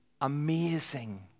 amazing